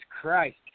Christ